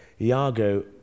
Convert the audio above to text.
Iago